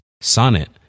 Sonnet